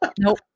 Nope